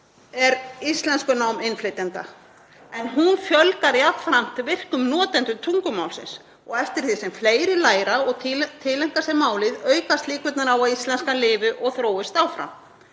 er íslenskunám innflytjenda en hún fjölgar jafnframt virkum notendum tungumálsins og eftir því sem fleiri læra og tileinka sér málið aukast líkurnar á að íslenskan lifi og þróist áfram.